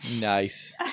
Nice